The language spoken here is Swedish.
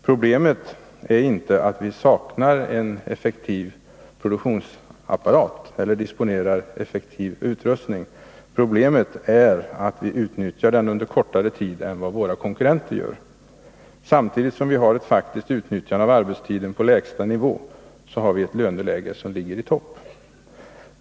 Problemet är inte att vi saknar en effektiv produktionsapparat eller effektiv utrustning— problemet är att vi utnyttjar den under kortare tid än vad våra konkurrenter gör. Samtidigt som vi har ett faktiskt utnyttjande av arbetstiden på lägsta nivå har vi ett löneläge som ligger i topp.